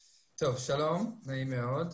שלום, נעים מאוד.